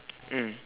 mm